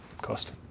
cost